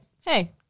hey